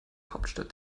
hauptstadt